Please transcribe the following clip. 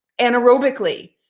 anaerobically